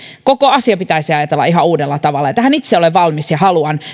koko asia pitäisi ajatella ihan uudella tavalla ja tähän itse olen valmis ja haluan